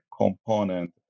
component